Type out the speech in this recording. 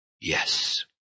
yes